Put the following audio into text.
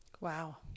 Wow